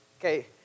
Okay